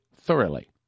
thoroughly